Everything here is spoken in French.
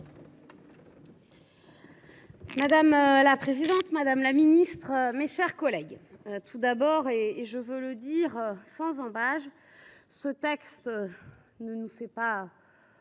Madame la présidente, madame la ministre, mes chers collègues, tout d’abord – et je veux le dire sans ambages !–, ce texte ne nous pose